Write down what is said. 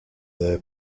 their